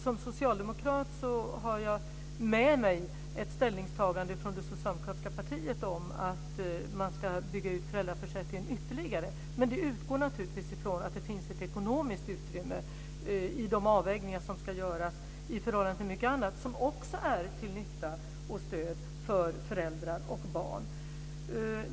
Som socialdemokrat har jag med mig ett ställningstagande från det socialdemokratiska partiet om att man ska bygga ut föräldraförsäkringen ytterligare, men det utgår naturligtvis ifrån att det finns ett ekonomiskt utrymme i de avvägningar som ska göras i förhållande till mycket annat som också är till nytta och stöd för föräldrar och barn.